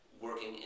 working